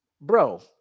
bro